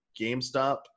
GameStop